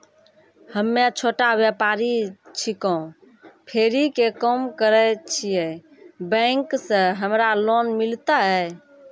हम्मे छोटा व्यपारी छिकौं, फेरी के काम करे छियै, बैंक से हमरा लोन मिलतै?